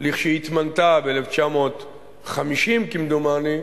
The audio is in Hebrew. שהתמנתה ב-1950, כמדומני,